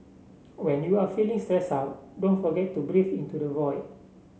when you are feeling stress out don't forget to breathe into the void